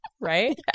Right